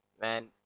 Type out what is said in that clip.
man